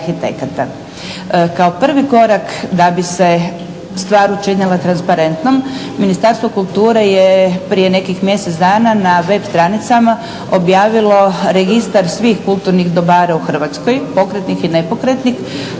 Kao prvi korak da bi se stvar učinila transparentnom Ministarstvo kulture je prije nekih mjesec dana na web stranicama objavilo registar svih kulturnih dobara u Hrvatskoj pokretnih i nepokretnih.